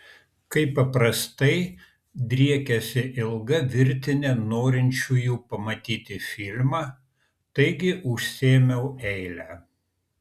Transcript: kaip paprastai driekėsi ilga virtinė norinčiųjų pamatyti filmą taigi užsiėmiau eilę